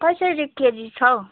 कसरी केजी छ हो